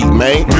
man